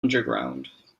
underground